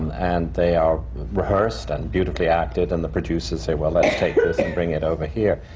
and they are rehearsed and beautifully acted, and the producers say, well, let's take this and bring it over here.